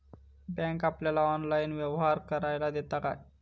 Bank आपल्याला online व्यवहार करायला देता काय?